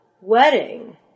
wedding